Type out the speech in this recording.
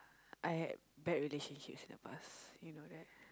I had bad relationships in the past you know that